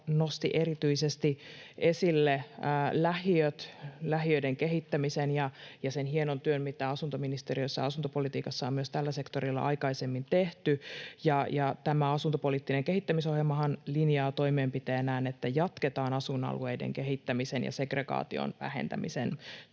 nosti erityisesti esille lähiöt, lähiöiden kehittämisen ja sen hienon työn, mitä asuntoministeriössä ja asuntopolitiikassa on myös tällä sektorilla aikaisemmin tehty. Tämä asuntopoliittinen kehittämisohjelmahan linjaa toimenpiteenään, että jatketaan asuinalueiden kehittämisen ja segregaation vähentämisen työtä.